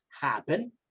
happen